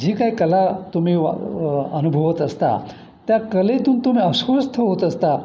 जी काय कला तुम्ही वा अनुभवत असता त्या कलेतून तुम्ही अस्वस्थ होत असता